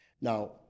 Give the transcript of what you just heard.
Now